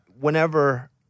Whenever